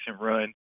run